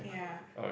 ya